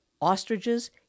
ostriches